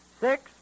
six